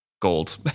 gold